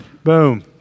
Boom